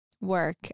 work